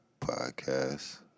Podcast